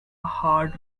hard